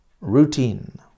Routine